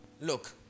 Look